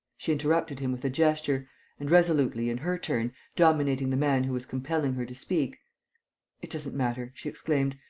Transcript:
she interrupted him with a gesture and, resolutely, in her turn, dominating the man who was compelling her to speak it doesn't matter, she exclaimed.